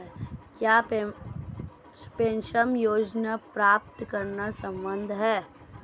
क्या पेंशन योजना प्राप्त करना संभव है?